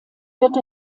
wird